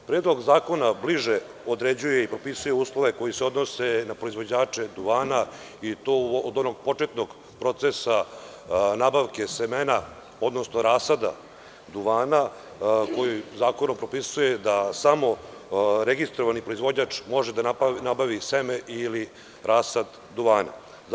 Predlog zakona bliže određuje i propisuje uslove koji se odnose na proizvođače duvana i to od onog početnog procesa nabavke semena, odnosno rasada duvana, zakon propisuje da samo registrovani proizvođač može da nabavi seme ili rasad duvana.